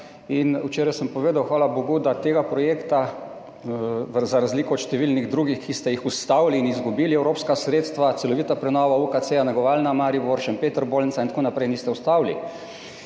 in včeraj sem povedal, hvala bogu, da tega projekta, za razliko od številnih drugih, ki ste jih ustavili in izgubili evropska sredstva, celovita prenova UKC, negovalna v Mariboru, Šempeter bolnica in tako naprej, niste ustavili.